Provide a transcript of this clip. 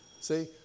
See